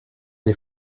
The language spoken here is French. des